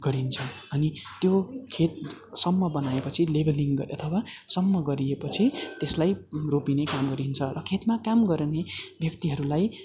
गरिन्छ अनि त्यो खेत सम्म बनाएपछि लेबलिङ गरी अथवा सम्म गरिएपछि त्यसलाई रोपिने काम गरिन्छ र खेतमा काम गर्ने व्यक्तिहरूलाई